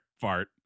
fart